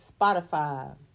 spotify